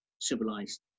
civilized